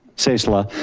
so ciesla.